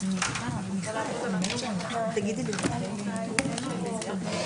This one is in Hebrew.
15:15.